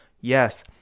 Yes